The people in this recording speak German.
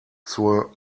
zur